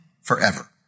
forever